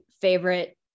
favorite